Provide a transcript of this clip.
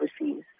overseas